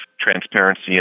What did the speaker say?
transparency